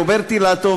רוברט אילטוב,